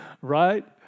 Right